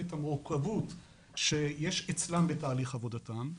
אני מבין את הקשיים ואת המורכבות שיש אצלם בתהליך עבודתם,